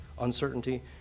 uncertainty